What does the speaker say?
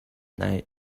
night